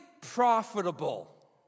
profitable